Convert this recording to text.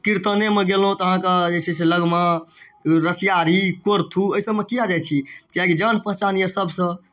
कीर्तनेमे गेलहुँ तऽ अहाँके जे छै से लगमा रसियारी कोरथू एहिसभमे किया जाइत छी किआकि जान पहचान यए सभसँ